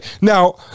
now